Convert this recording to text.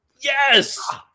yes